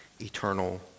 eternal